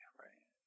right